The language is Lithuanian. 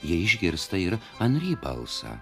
jie išgirsta ir anry balsą